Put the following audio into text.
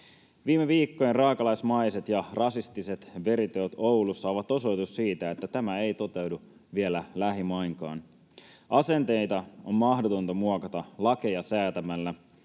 Viime viikkojen raakalaismaiset ja rasistiset veriteot Oulussa ovat osoitus siitä, että tämä ei toteudu vielä lähimainkaan. Asenteita on mahdotonta muokata lakeja säätämällä,